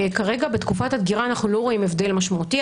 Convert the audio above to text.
כרגע בתקופת הדגירה אנחנו לא רואים הבדל משמעותי.